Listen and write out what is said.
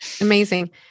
amazing